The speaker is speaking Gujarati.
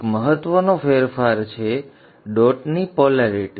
એક મહત્ત્વનો ફેરફાર છે ડોટની પોલેરિટી